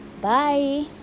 Bye